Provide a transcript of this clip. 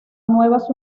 nuevas